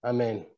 Amen